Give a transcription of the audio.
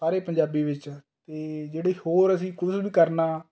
ਸਾਰੇ ਪੰਜਾਬੀ ਵਿੱਚ ਅਤੇ ਜਿਹੜੇ ਹੋਰ ਅਸੀਂ ਕੁਛ ਵੀ ਕਰਨਾ ਤਾਂ